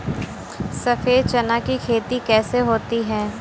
सफेद चना की खेती कैसे होती है?